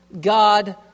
God